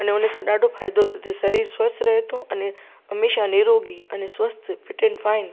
अने हुन सां ॾाढो फ़ाइदो थो थिए सरीरु स्वस्थ रहे थो अने हमेशह निरोगी अने स्वस्थ फ़िट ऐंड फ़ाइन